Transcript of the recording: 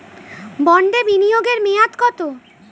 বন্ডে বিনিয়োগ এর মেয়াদ কত?